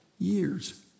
years